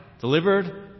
delivered